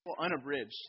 Unabridged